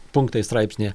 punktai straipsnyje